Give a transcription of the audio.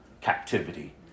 captivity